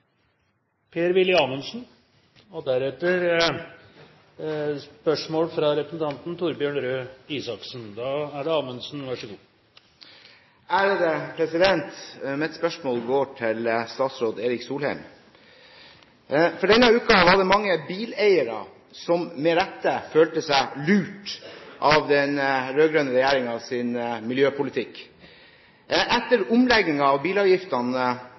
Amundsen. Mitt spørsmål går til statsråd Erik Solheim. Denne uken var det mange bileiere som med rette følte seg lurt av den rød-grønne regjeringens miljøpolitikk. Etter omleggingen av bilavgiftene